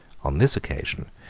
on this occasion,